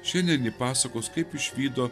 šiandien ji pasakos kaip išvydo